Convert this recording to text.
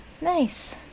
Nice